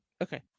Okay